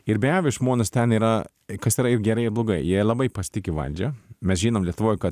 ir be abejo žmonės ten yra kas yra ir gerai ir blogai jie labai pasitiki valdžia mes žinom lietuvoj kad